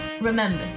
remember